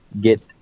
get